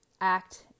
act